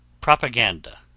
Propaganda